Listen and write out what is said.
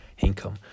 income